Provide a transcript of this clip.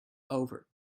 over